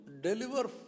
deliver